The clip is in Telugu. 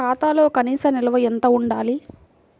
ఖాతాలో కనీస నిల్వ ఎంత ఉండాలి?